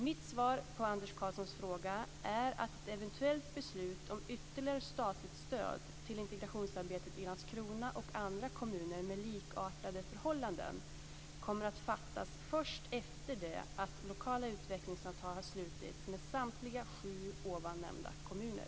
Mitt svar på Anders Karlssons fråga är att ett eventuellt beslut om ytterligare statligt stöd till integrationsarbete i Landskrona och andra kommuner med likartade förhållanden kommer att fattas först efter det att lokala utvecklingsavtal har slutits med samtliga sju nämnda kommuner.